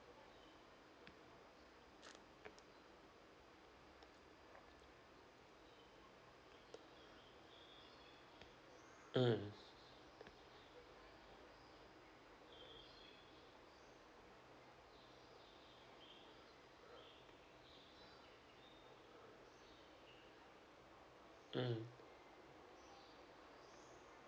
mm mm